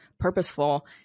Purposeful